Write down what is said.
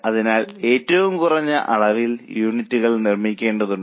അതിനാൽ ഏറ്റവും കുറഞ്ഞ അളവിലെങ്കിലും യൂണിറ്റുകൾ നിർമ്മിക്കേണ്ടതുണ്ട്